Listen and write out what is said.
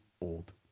old